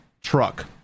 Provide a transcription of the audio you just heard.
truck